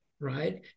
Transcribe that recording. right